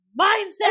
mindset